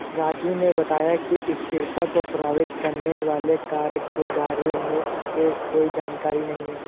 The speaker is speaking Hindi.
राजू ने बताया कि स्थिरता को प्रभावित करने वाले कारक के बारे में उसे कोई जानकारी नहीं है